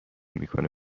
میکنه